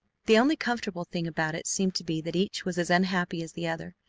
the only comforting thing about it seemed to be that each was as unhappy as the other.